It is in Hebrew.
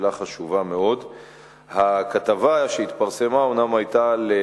חבר הכנסת מולה שאל אותי על פרסום שהיה עוד בנובמבר 2009,